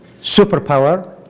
superpower